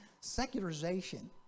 secularization